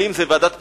האם זה ועדת פנים,